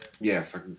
Yes